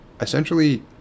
essentially